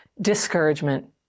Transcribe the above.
discouragement